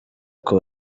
kuko